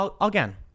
Again